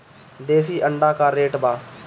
देशी अंडा का रेट बा?